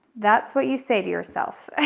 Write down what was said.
that's what you say to yourself.